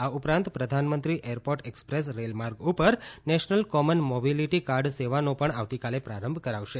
આ ઉપરાંત પ્રધાનમંત્રી એરપોર્ટ એક્સપ્રેસ રેલમાર્ગ ઉપર નેશનલ કોમન મોબિલિટી કાર્ડ સેવાનો પણ આવતીકાલે પ્રારંભ કરાવશે